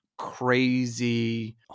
crazy